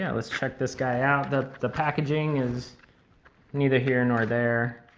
yeah let's check this guy out. the the packaging is neither here nor there.